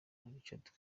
richard